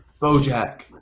Bojack